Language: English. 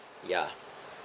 ya